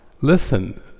listen